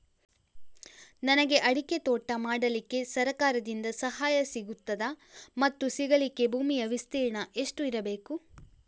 ನನಗೆ ಅಡಿಕೆ ತೋಟ ಮಾಡಲಿಕ್ಕೆ ಸರಕಾರದಿಂದ ಸಹಾಯ ಸಿಗುತ್ತದಾ ಮತ್ತು ಸಿಗಲಿಕ್ಕೆ ಭೂಮಿಯ ವಿಸ್ತೀರ್ಣ ಎಷ್ಟು ಇರಬೇಕು?